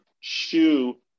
shoe